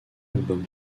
album